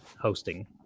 hosting